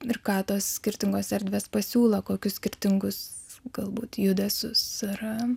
ir ką tos skirtingos erdvės pasiūlo kokius skirtingus galbūt judesius ar